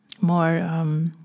more